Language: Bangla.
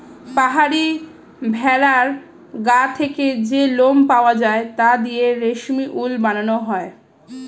পাহাড়ি ভেড়ার গা থেকে যে লোম পাওয়া যায় তা দিয়ে রেশমি উল বানানো হয়